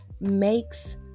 makes